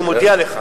אני מודיע לך.